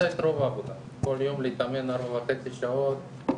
כל יום להתאמן ארבע וחצי שעות,